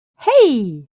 hei